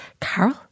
Carol